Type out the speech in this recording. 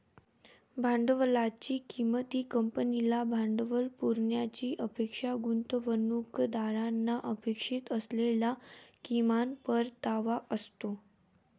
भांडवलाची किंमत ही कंपनीला भांडवल पुरवण्याची अपेक्षा गुंतवणूकदारांना अपेक्षित असलेला किमान परतावा असतो